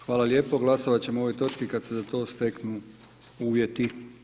Hvala lijepo, glasovat ćemo o ovoj točki kad se za to steknu uvjeti.